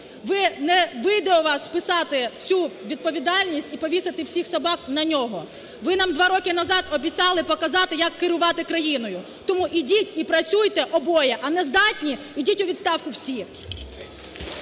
Ви… не вийде у вас списати всю відповідальність і повісити всіх собак на нього. Ви нам 2 роки назад обіцяли показати, як керувати країною. Тому ідіть і працюйте обоє, а не здатні - йдіть у відставку всі.